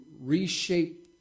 reshape